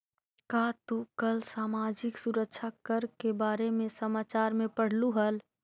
का तू कल सामाजिक सुरक्षा कर के बारे में समाचार में पढ़लू हल